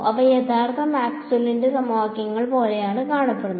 അവ യഥാർത്ഥ മാക്സ്വെല്ലിന്റെ സമവാക്യങ്ങൾ പോലെയാണ് കാണപ്പെടുന്നത്